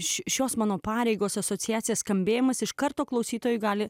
iš šios mano pareigos asociacija skambėjimas iš karto klausytojui gali